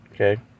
okay